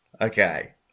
Okay